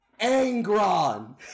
Angron